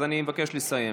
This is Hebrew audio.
אז אני מבקש לסיים.